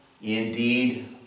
Indeed